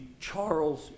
Charles